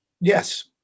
yes